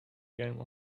game